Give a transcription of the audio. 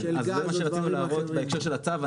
מה שרצינו להראות בהקשר של הצו,